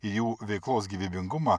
jų veiklos gyvybingumą